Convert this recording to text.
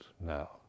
now